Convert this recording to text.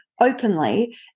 openly